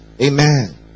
Amen